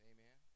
Amen